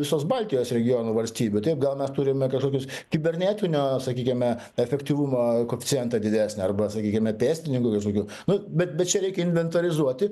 visos baltijos regiono valstybių taip gal mes turime kažkokius kibernetinio sakykime efektyvumo koeficientą didesnį arba sakykime pėstininkų kažkokių nu bet bet čia reikia inventorizuoti